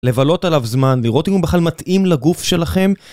לבלות עליו זמן, לראות אם הוא בכלל מתאים לגוף שלכם.